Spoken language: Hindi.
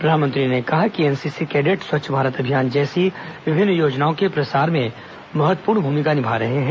प्रधानमंत्री ने कहा कि एनसीसी कैडेट स्वच्छ भारत अभियान जैसी विभिन्न योजनाओं के प्रसार में महत्वपूर्ण भूमिका निभा रहे हैं